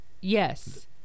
Yes